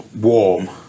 warm